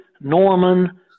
Norman